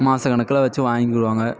மாசக்கணக்கில் வச்சு வாங்கிக்கிடுவாங்க